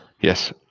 Yes